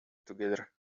together